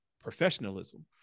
Professionalism